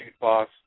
boss